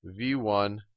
v1